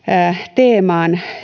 teemaan